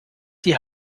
die